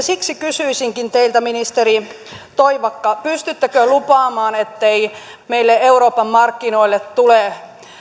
siksi kysyisinkin teiltä ministeri toivakka pystyttekö lupaamaan ettei meille euroopan markkinoille tule